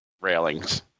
railings